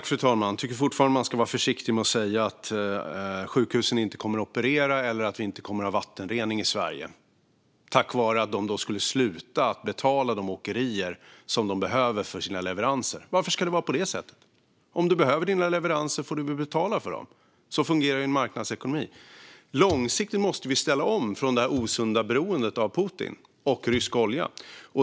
Fru talman! Jag tycker fortfarande att man ska vara försiktig med att säga att sjukhusen inte kommer att operera eller att vi inte kommer att ha vattenrening i Sverige på grund av att man skulle sluta att betala de åkerier som man behöver för sina leveranser. Varför skulle det vara på det sättet? Om du behöver dina leveranser får du väl betala för dem. Så fungerar en marknadsekonomi. Långsiktigt måste vi ställa om från det osunda beroendet av Putin och rysk olja.